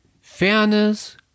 fairness